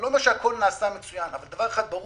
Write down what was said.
אני לא אומר שהכול נעשה מצוין, אבל דבר אחד ברור,